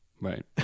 Right